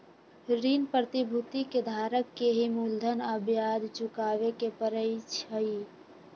ऋण प्रतिभूति के धारक के ही मूलधन आ ब्याज चुकावे के परई छई